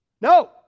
No